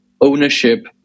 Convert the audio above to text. ownership